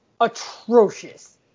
atrocious